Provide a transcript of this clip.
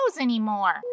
anymore